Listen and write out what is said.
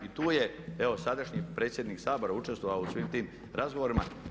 I tu je evo sadašnji predsjednik Sabora učestvovao u svim tim razgovorima.